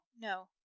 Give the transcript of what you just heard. no